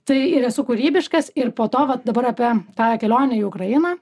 tai ir esu kūrybiškas ir po to vat dabar apie tą kelionę į ukrainą